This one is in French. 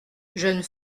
jeune